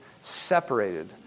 separated